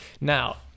now